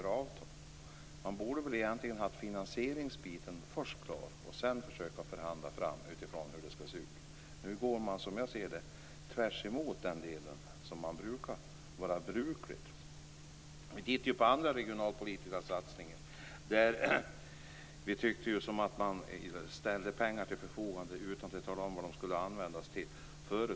Finansieringen borde först ha varit klar innan ett avtal förhandlades fram. Nu går det hela tvärs emot vad som är brukligt. Låt oss se på andra regionalpolitiska satsningar. Då ställdes pengar till förfogande utan att vi visste vad de skulle användas till.